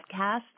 Podcast